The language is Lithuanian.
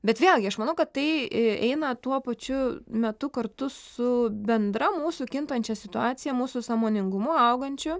bet vėlgi aš manau kad tai eina tuo pačiu metu kartu su bendra mūsų kintančia situacija mūsų sąmoningumu augančiu